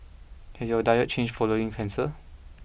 has your diet changed following cancer